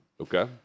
Okay